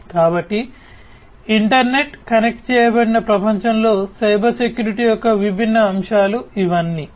కాబట్టి internet connect చేయబడిన ప్రపంచంలో సైబర్ సెక్యూరిటీ యొక్క విభిన్న అంశాలు ఇవన్నీ